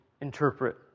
interpret